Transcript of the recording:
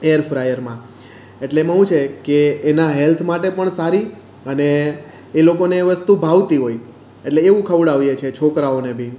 air ફ્રાયરમાં એટલે એમાં હું છે કે એના હેલ્થ માટે પણ સારી અને એ લોકોને એ વસ્તુ ભાવતી હોય એટલે એવું ખવડાવીએ છીયે છોકરાઓને બી